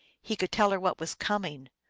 he could tell her what was coming,